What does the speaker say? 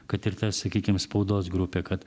kad ir ta sakykim spaudos grupė kad